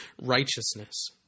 righteousness